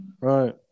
Right